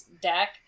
deck